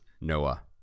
Noah